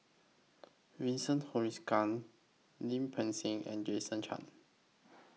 Vincent Lim Peng Siang and Jason Chan